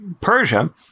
persia